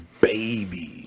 baby